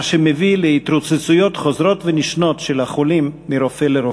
מה שמביא להתרוצצויות חוזרות ונשנות של החולים מרופא לרופא.